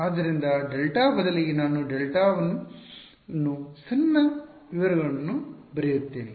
ಆದ್ದರಿಂದ ಡೆಲ್ಟಾ ಬದಲಿಗೆ ನಾನು ಡೆಲ್ಟಾ 1 ಅನ್ನು ಸಣ್ಣ ವಿವರಗಳನ್ನು ಬರೆಯುತ್ತೇನೆ